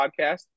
podcast